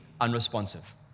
unresponsive